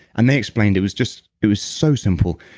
and they explained, it was just. it was so simple.